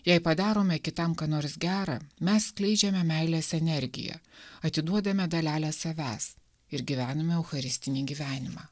jei padarome kitam ką nors gerą mes skleidžiame meilės energiją atiduodame dalelę savęs ir gyvenime eucharistinį gyvenimą